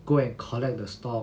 go and collect the stock